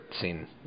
scene